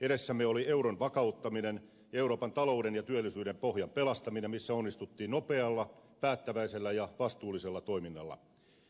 edessämme oli euron vakauttaminen ja euroopan talouden ja työllisyyden pohjan pelastaminen missä onnistuttiin nopealla päättäväisellä ja vastuullisella toiminnalla